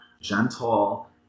gentle